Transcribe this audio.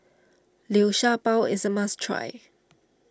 Liu Sha Bao is a must try